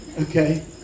Okay